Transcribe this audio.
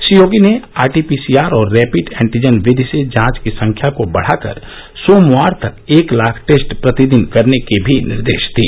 श्री योगी ने RTP CR और rapid antigen विधि से जांच की संख्या को बढ़ाकर सोमवार तक एक लाख टेस्ट प्रतिदिन करने के भी निर्देश दिए